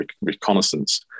reconnaissance